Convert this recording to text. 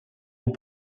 les